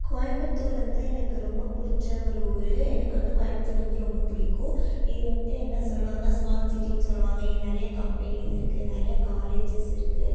கோயமுத்தூர் வந்து எனக்கு ரொம்ப பிடிச்ச ஒரு ஊரு எனக்கு வந்து கோயமுத்தூர் வந்து ரொம்ப பிடிக்கும் இது வந்துட்டு என்ன சொல்லுவாங்கனா சுமார்ட் சிட்டினு சொல்லுவாங்க இங்கே நிறையா கம்பெனிஸ் இருக்குது நிறையா காலேஜஸ் இருக்குது